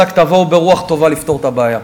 רק תבואו ברוח טובה לפתור את הבעיה.